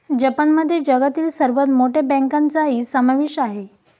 जपानमध्ये जगातील सर्वात मोठ्या बँकांचाही समावेश आहे